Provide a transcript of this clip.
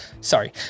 Sorry